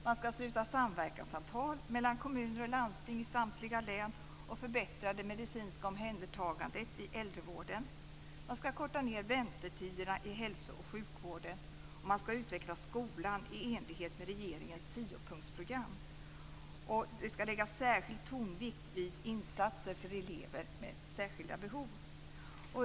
Man skall sluta samverkansavtal mellan kommuner och landsting i samtliga län och förbättra det medicinska omhändertagandet i äldrevården. Man skall korta ned väntetiderna i hälso och sjukvården. Man skall utveckla skolan i enlighet med regeringens tiopunktsprogram. Det skall läggas särskild tonvikt vid insatser för elever med särskilda behov.